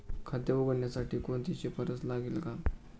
खाते उघडण्यासाठी कोणाची शिफारस लागेल का?